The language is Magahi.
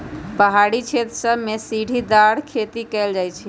पहारी क्षेत्र सभमें सीढ़ीदार खेती कएल जाइ छइ